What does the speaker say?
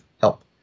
help